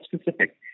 specific